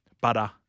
Butter